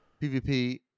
pvp